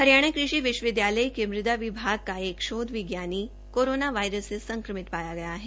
हरियाणा विश्वविद्यालय के मृदा विभाग का एक शोध विज्ञानी कोरोना से संक्रमित शाया गया है